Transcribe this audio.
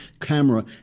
camera